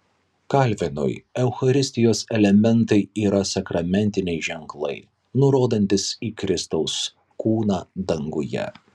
kalvinui eucharistijos elementai yra sakramentiniai ženklai nurodantys į kristaus kūną danguje